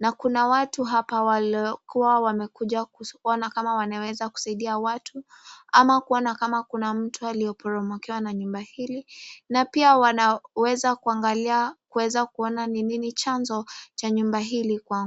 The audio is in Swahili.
na kuna watu hapa waliokuwa wamekuja kuona kama wanaweza kusaidia watu ama kuona kama kuna mtu aliyeporomokewa na nyumba hili na pia wanaweza kuangalia kuweza kuona nini chanzo cha nyumba hii kuanguka.